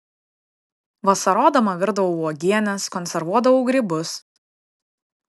vasarodama virdavau uogienes konservuodavau grybus